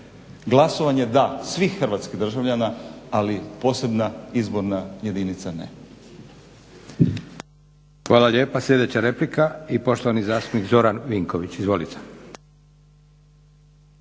glasovanje da svih hrvatskih državljana ali posebna izborna jedinica ne.